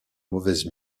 mauvaise